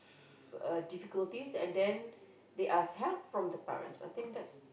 uh difficulties and then they ask help from the parents I think that's